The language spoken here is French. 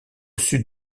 sud